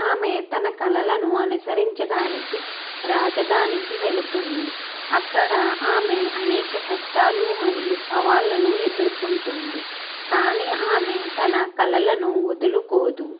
ఆమె తన కలలను అనుసరించడానికి రాజధానికి వెలుతుంది అక్కడ ఆమె అనేక కష్టాలు మరియు సవాళ్ళను ఎదుర్కుంటుంది కానీ ఆమె తన కలలను వదులుకోదు